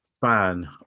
fan